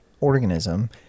organism